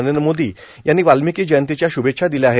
नरेंद्र मोदी यांनी वाल्मिकी जयंतीच्या श्भेच्छा दिल्या आहेत